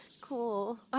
cool